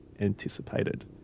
anticipated